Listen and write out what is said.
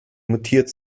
mutiert